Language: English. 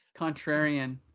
Contrarian